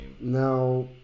Now